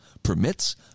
Permits